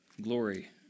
glory